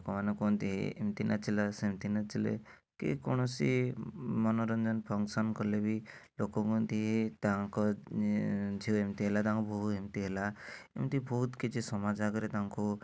ଲୋକମାନେ କୁହନ୍ତି ଏମତି ନାଚିଲା ସେମତି ନାଚିଲେ କି କୌଣସି ମନୋରଞ୍ଜନ ଫଙ୍କସନ୍ କଲେବି ଲୋକ କୁହନ୍ତି ହେ ତାଙ୍କ ଝିଅ ଏମତି ହେଲା ତାଙ୍କ ବୋହୂ ଏମତି ହେଲା ଏମତି ବହୁତ୍ କିଛି ସମାଜ ଆଗରେ ତାଙ୍କୁ